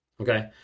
Okay